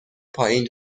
پایین